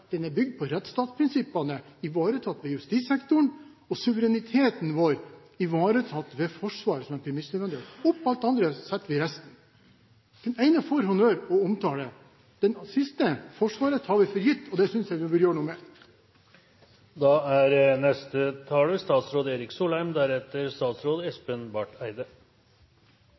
er bygd på rettsstatsprinsippene, ivaretatt ved justissektoren, og suvereniteten vår, ivaretatt ved Forsvaret som en premissleverandør. Oppå det setter vi resten. Den ene får honnør og omtale, den siste – Forsvaret – tar vi for gitt, og det synes jeg vi bør gjøre noe med.